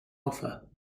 offer